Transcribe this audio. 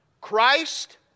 Christ